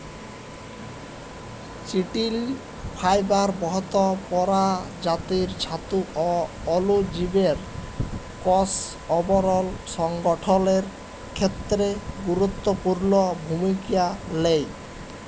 চিটিল ফাইবার বহুত পরজাতির ছাতু অ অলুজীবের কষ আবরল সংগঠলের খ্যেত্রে গুরুত্তপুর্ল ভূমিকা লেই